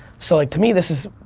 so like to me this is,